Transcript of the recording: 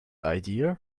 idea